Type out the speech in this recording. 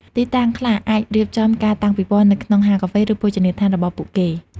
ទីតាំងខ្លះអាចរៀបចំការតាំងពិពណ៌នៅក្នុងហាងកាហ្វេ ឬភោជនីយដ្ឋានរបស់ពួកគេ។